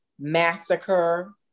massacre